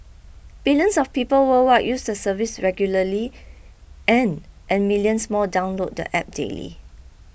billions of people worldwide use the service regularly and and millions more download the app daily